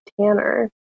tanner